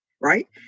right